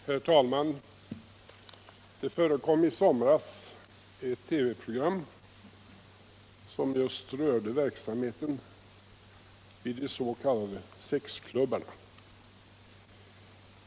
Herr talman! Det förekom i somras ett TV-program som just rörde verksamheten vid de s.k. sexklubbarna.